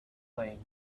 playing